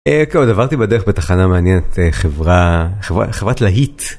עברתי בדרך בתחנה מעניינת חברה חברת להיט.